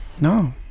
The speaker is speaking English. No